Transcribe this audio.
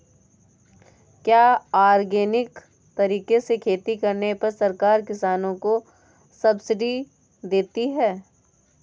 क्या ऑर्गेनिक तरीके से खेती करने पर सरकार किसानों को सब्सिडी देती है?